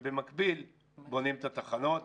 במקביל בונים את התחנות.